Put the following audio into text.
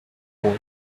boy